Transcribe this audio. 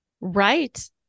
Right